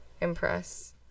impress